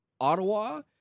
Ottawa